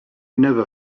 never